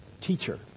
teacher